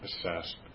assessed